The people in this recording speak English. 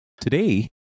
Today